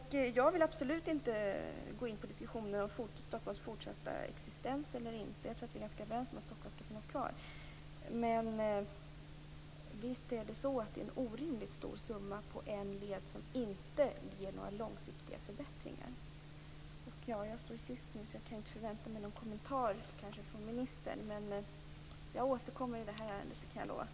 Jag vill absolut inte gå in på en diskussion om Stockholms fortsatta existens. Vi är nog ganska överens om att Stockholm skall finnas kvar. Men visst rör det sig om en orimligt stor summa för en enda led som på lång sikt inte ger några förbättringar. Jag återkommer i det här ärendet, det kan jag lova.